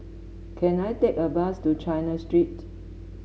can I take a bus to China Street